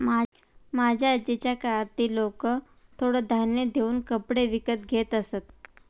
माझ्या आजीच्या काळात ती लोकं थोडं धान्य देऊन कपडे विकत घेत असत